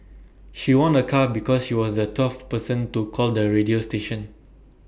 she won A car because she was the twelfth person to call the radio station